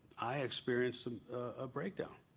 i experienced a breakdown.